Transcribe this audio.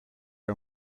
are